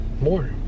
more